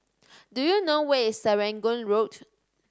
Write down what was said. do you know where is Serangoon Road